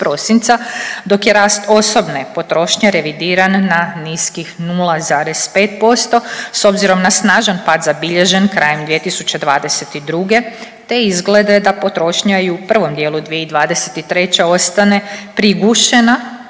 Dakle je rast osobne potrošnje revidiran na niskih 0,5% s obzirom na snažan pad zabilježen krajem 2022. te izglede da potrošnja i u prvom dijelu 2023. ostane prigušena.